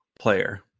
player